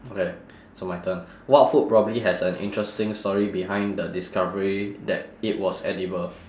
okay so my turn what food probably has an interesting story behind the discovery that it was edible